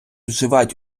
вживають